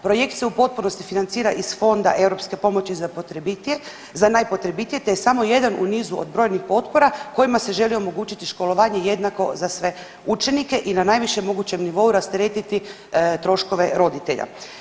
Projekt se u potpunosti financira iz Fonda europske pomoći za potrebitije, za najpotrebitije te je samo jedan u nizu od brojnih potpora kojima se želi omogućiti školovanje jednako za sve učenike i najvišem mogućem nivou rasteretiti troškove roditelja.